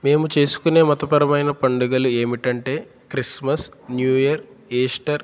మేము చేసుకునే మతపరమైన పండుగలు ఏమిటంటే క్రిస్మస్ న్యూ ఇయర్ ఈస్టర్